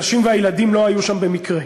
הנשים והילדים לא היו שם במקרה,